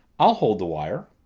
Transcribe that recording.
i'll hold the wire.